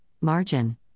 margin